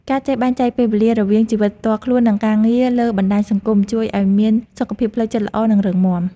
ការចេះបែងចែកពេលវេលារវាងជីវិតផ្ទាល់ខ្លួននិងការងារលើបណ្តាញសង្គមជួយឱ្យមានសុខភាពផ្លូវចិត្តល្អនិងរឹងមាំ។